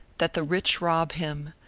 that the rich rob him,